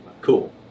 Cool